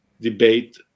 debate